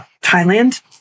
Thailand